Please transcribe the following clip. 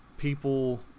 people